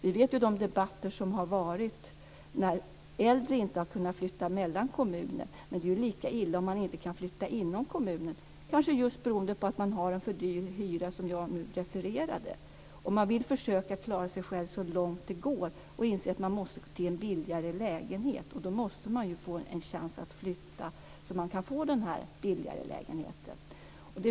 Vi känner ju till debatter som har handlat om äldre som inte har kunnat flytta mellan kommuner. Men det är ju lika illa om människor inte kan flytta inom kommunen. Att de vill göra det kanske beror på att de har en för hög hyra, som jag refererade till. De vill så långt det går försöka klara sig själva och inser att de måste till en billigare lägenhet. Då måste de ju få en chans att flytta, så att de kan få en billigare lägenhet.